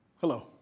Hello